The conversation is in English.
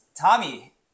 Tommy